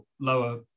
lower